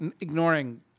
ignoring